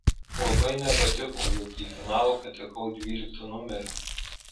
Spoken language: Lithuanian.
labai nepatiko jog į finalą patekau dvyliktu numeriu